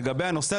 לגבי הנושא,